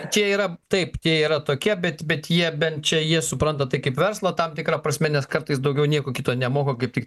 čia yra taip tie yra tokie bet bet jie bent čia jie supranta tai kaip verslą tam tikra prasme nes kartais daugiau nieko kito nemoka kaip tik